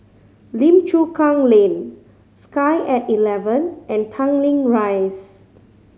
Lim Chu Kang Lane Sky At Eleven and Tanglin Rise